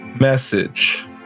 message